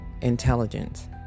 intelligence